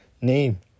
name